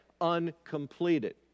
uncompleted